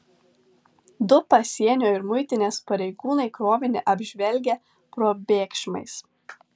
du pasienio ir muitinės pareigūnai krovinį apžvelgę probėgšmais